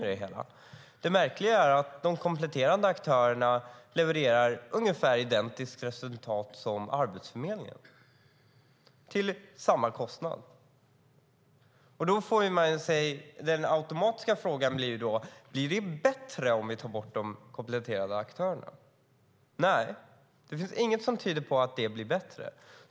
Det märkliga är att de kompletterande aktörerna levererar ett resultat som är ungefär identiskt med Arbetsförmedlingens, till samma kostnad. Då blir den automatiska frågan: Blir det bättre om vi tar bort de kompletterande aktörerna? Nej, det finns ingenting som tyder på att det blir bättre.